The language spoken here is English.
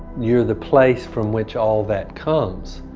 you're the place from which all that comes,